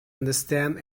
understand